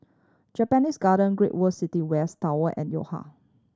Japanese Garden Great World City West Tower and Yo Ha